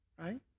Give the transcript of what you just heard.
right